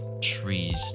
trees